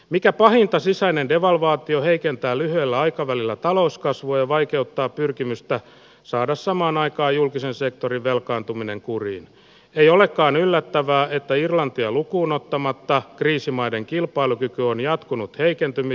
mikä pahinta sisäinen devalvaatio heikentää lyhyellä aikavälillä talouskasvu ja vaikeuttaa pyrkimystä saada samaan aikaa julkisen sektorin velkaantuminen kuriin ei olekaan yllättävää että irlantia lukuunottamatta kriisimaiden kilpailukyky on jatkunut heikentyminen